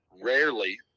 rarely